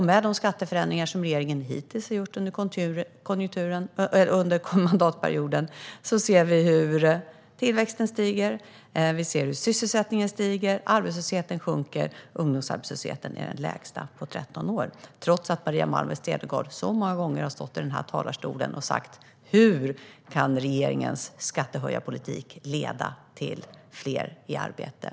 Vi kan se hur tillväxten stiger, hur sysselsättningen ökar och hur arbetslösheten sjunker med de skatteförändringar som regeringen har gjort hittills under mandatperioden. Ungdomsarbetslösheten är den lägsta på 13 år, trots att Maria Malmer Stenergard många gånger har stått i denna talarstol och undrat hur regeringens skattehöjarpolitik ska kunna leda till fler i arbete.